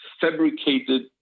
fabricated